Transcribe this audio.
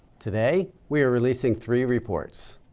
today, we releasing three reports.